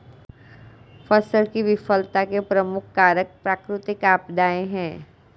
फसल की विफलता के प्रमुख कारक प्राकृतिक आपदाएं हैं